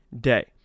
day